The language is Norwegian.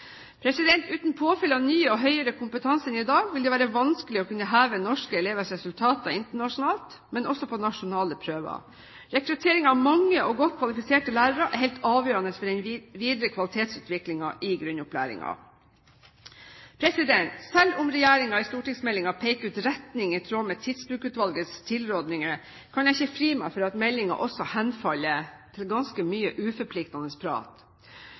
Uten påfyll av ny og høyere kompetanse enn i dag vil det være vanskelig å kunne heve norske elevers resultater, ikke bare internasjonalt, men også på nasjonale prøver. Rekruttering av mange og godt kvalifiserte lærere er helt avgjørende for den videre kvalitetsutviklingen i grunnopplæringen. Selv om regjeringen i stortingsmeldingen peker ut retning i tråd med Tidsbrukutvalgets tilrådninger, kan jeg ikke fri meg for å si at meldingen også henfaller til ganske mye uforpliktende prat.